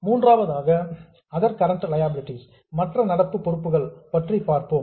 மூன்றாவதாக other current liabilities மற்ற நடப்பு பொறுப்புகள் பற்றி பார்ப்போம்